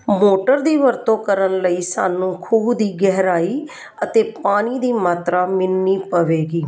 motor ਦੀ ਵਰਤੋਂ ਕਰਨ ਲਈ ਸਾਨੂੰ ਖੂਹ ਦੀ ਗਹਿਰਾਈ ਅਤੇ ਪਾਣੀ ਦੀ ਮਾਤਰਾ ਮਿਣਨੀ ਪਵੇਗੀ